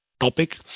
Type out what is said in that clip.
topic